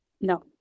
No